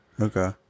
Okay